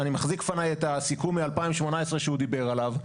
אני מחזיק לפניי את הסיכום מ-2018 שהוא דיבר עליו.